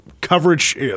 coverage